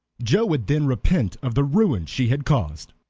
joe would then repent of the ruin she had caused,